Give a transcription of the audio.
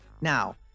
now